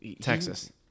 Texas